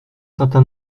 certain